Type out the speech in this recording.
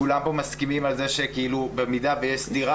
כולם כאן מסכימים על כך כולם כאן מסכימים שבמידה ויש סתירה,